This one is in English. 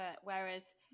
Whereas